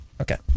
okay